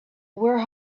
were